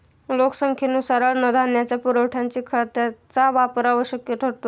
लोकसंख्येनुसार अन्नधान्याच्या पुरवठ्यासाठी खतांचा वापर आवश्यक ठरतो